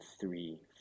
three